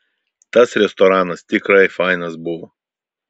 tas restoranas tikrai fainas buvo